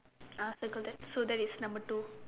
ah circle that so that is number two